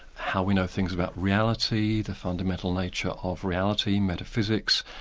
how we know things about reality, the fundamental nature of reality, metaphysics,